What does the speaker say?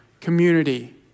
community